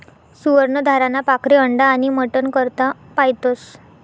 सुवर्ण धाराना पाखरे अंडा आनी मटन करता पायतस